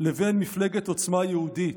לבין מפלגת עוצמה היהודית,